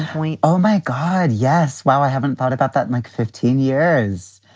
point. oh, my god. yes. wow. i haven't thought about that in like fifteen years.